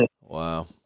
wow